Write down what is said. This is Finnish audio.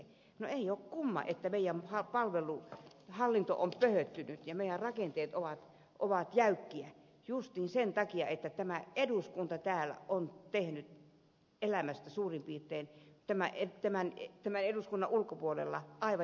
no ei ole kumma että hallinto on pöhöttynyt ja rakenteet ovat jäykkiä ovat justiin sen takia että tämä eduskunta täällä on tehnyt elämästä eduskunnan ulkopuolella suurin piirtein järjettömän